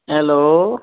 hello